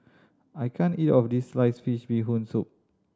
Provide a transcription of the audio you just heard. I can't eat all of this sliced fish Bee Hoon Soup